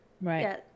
Right